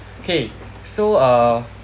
okay so uh